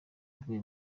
aguye